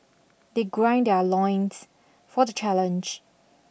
they grind their loins for the challenge